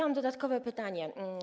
Mam dodatkowe pytanie.